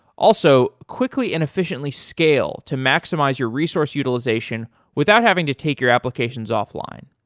also, quickly and efficiently scale to maximize your resource utilization without having to take your applications off-line.